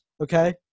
Okay